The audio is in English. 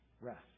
rest